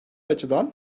açıdan